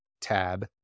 tab